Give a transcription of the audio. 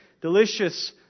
delicious